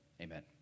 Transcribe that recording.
amen